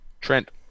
Trent